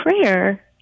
prayer